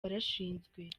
warashinzwe